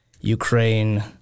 Ukraine